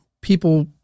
people